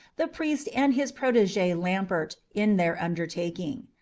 the priest and his protege lambert in their undertaking.